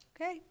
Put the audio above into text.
Okay